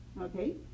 okay